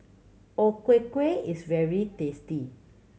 O Ku Kueh is very tasty